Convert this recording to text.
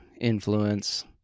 influence